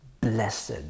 blessed